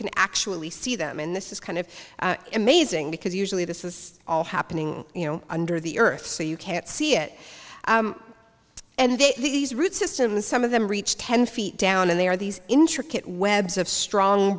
can actually see them and this is kind of amazing because usually this is all happening you know under the earth so you can't see it and then these root systems some of them reach ten feet down and they are these intricate web strong